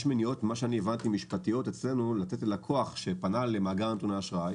יש מניעות משפטיות אצלנו לתת ללקוח שפנה למאגר נתוני אשראי